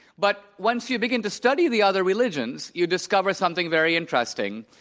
but once you begin to study the other religions, you discover something very interesting,